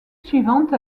suivante